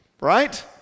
right